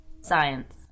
Science